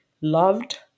loved